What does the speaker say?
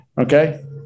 Okay